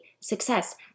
success